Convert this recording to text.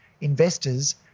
investors